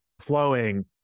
flowing